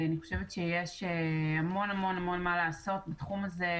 אני חושבת שיש המון המון מה לעשות בתחום הזה,